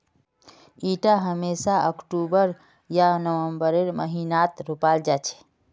इटा हमेशा अक्टूबर या नवंबरेर महीनात रोपाल जा छे